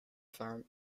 farm